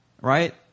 right